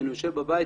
כשאני יושב בבית,